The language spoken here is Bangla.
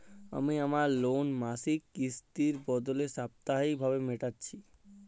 আমি আমার লোন মাসিক কিস্তির বদলে সাপ্তাহিক ভাবে মেটাচ্ছি